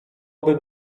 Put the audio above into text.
bym